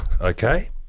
okay